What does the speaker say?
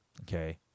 okay